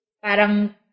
parang